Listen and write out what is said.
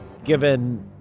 given